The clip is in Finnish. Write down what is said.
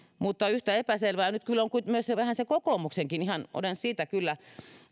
mutta yhtä epäselvää se nyt kyllä on vähän kokoomuksellakin olen siitä kyllä